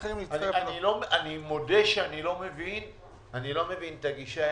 אני לא מבין את הגישה,